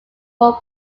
one